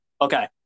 Okay